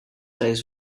days